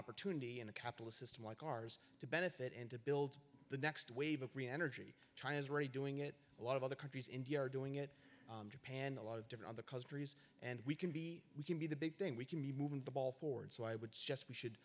opportunity in a capitalist system like ours to benefit and to build the next wave of free energy china is already doing it a lot of other countries india are doing it japan a lot of different the countries and we can be we can be the big thing we can be moving the ball forward so i would suggest we should